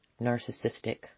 narcissistic